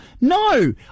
No